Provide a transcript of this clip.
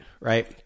right